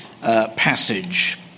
passage